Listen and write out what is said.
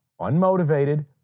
unmotivated